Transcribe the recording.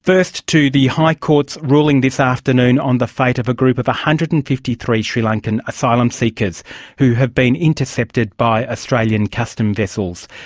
first to the high court's ruling this afternoon on the fate of a group of one hundred and fifty three sri lankan asylum seekers who have been intercepted by australian custom vessels.